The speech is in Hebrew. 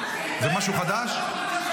זה משהו חדש?